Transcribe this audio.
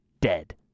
dead